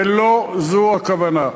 ולא זו הכוונה.